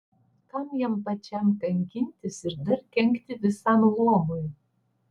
kam jam pačiam kankintis ir dar kenkti visam luomui